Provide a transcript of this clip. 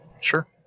Sure